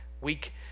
week